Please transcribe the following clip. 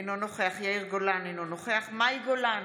אינו נוכח יאיר גולן, אינו נוכח מאי גולן,